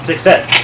Success